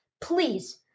Please